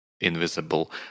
invisible